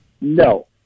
No